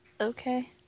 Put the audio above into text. Okay